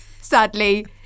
Sadly